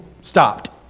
stopped